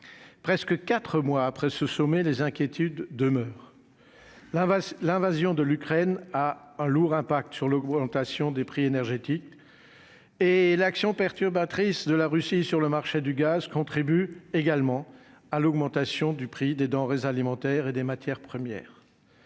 presque 4 mois après ce sommet, les inquiétudes demeurent l'un va l'invasion de l'Ukraine, a un lourd impact sur le orientation des prix énergétiques et l'action perturbatrice de la Russie sur le marché du gaz contribuent également à l'augmentation du prix des denrées alimentaires et des matières premières,